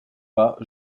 pas